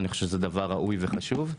אני חושב שזה דבר ראוי וחשוב.